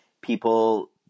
people